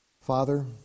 Father